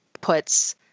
puts